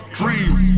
dreams